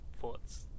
thoughts